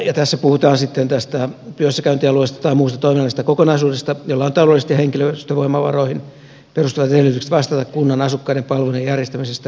tässä puhutaan sitten työssäkäyntialueesta tai muusta toiminnallisesta kokonaisuudesta jolla on taloudelliset ja henkilöstövoimavaroihin perustuvat edellytykset vastata kunnan asukkaiden palvelujen järjestämisestä ja rahoituksesta